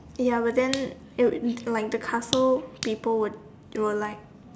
ya but then it'll like the castle people would they were like